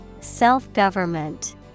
Self-government